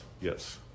Yes